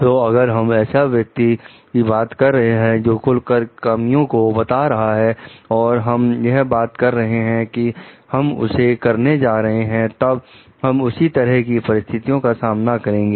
तो अगर हम ऐसे व्यक्ति की बात कर रहे हैं जो खुलकर कमियों को बता रहा है और हम यह बात कर रहे हैं कि हम उसे करने जा रहे हैं तब हम उसी तरह की परिस्थितियों का सामना करेंगे